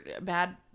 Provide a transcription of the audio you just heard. bad